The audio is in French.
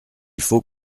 faut